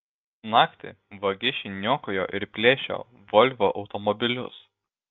naktį vagišiai niokojo ir plėšė volvo automobilius